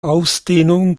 ausdehnung